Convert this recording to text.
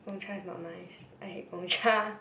Gong-Cha is not nice I hate Gong-Cha